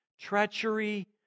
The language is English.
treachery